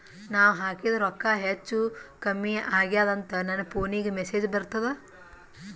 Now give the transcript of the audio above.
ನಾವ ಹಾಕಿದ ರೊಕ್ಕ ಹೆಚ್ಚು, ಕಮ್ಮಿ ಆಗೆದ ಅಂತ ನನ ಫೋನಿಗ ಮೆಸೇಜ್ ಬರ್ತದ?